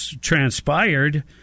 transpired